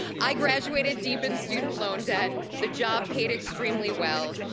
i graduated deep in student loan debt. the job paid extremely well.